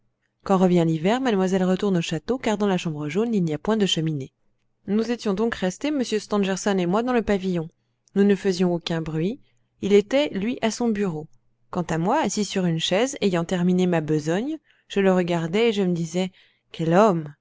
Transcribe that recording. quand revient l'hiver mademoiselle retourne au château car dans la chambre jaune il n'y a point de cheminée nous étions donc restés m stangerson et moi dans le pavillon nous ne faisions aucun bruit il était lui à son bureau quant à moi assis sur une chaise ayant terminé ma besogne je le regardais et je me disais quel homme